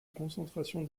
concentration